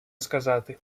сказати